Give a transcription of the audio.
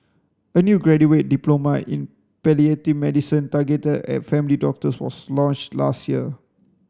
a new graduate diploma in palliative medicine targeted at family doctors was launched last year